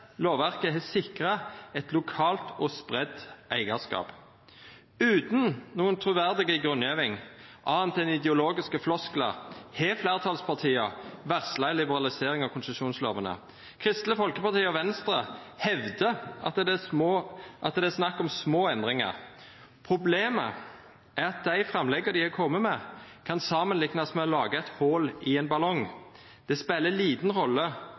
lovverket har sikra eit lokalt og spreidd eigarskap. Utan noka truverdig grunngjeving, anna enn ideologiske flosklar, har fleirtalspartia varsla ei liberalisering av konsesjonslovene. Kristeleg Folkeparti og Venstre hevdar at det er snakk om små endringar. Problemet er at dei framlegga dei har kome med, kan samanliknast med å laga eit hòl i ein ballong. Det spelar lita rolle